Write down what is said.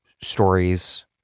stories